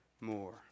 more